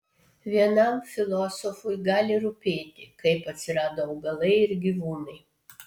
vienam filosofui gali rūpėti kaip atsirado augalai ir gyvūnai